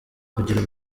kugira